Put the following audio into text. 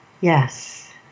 yes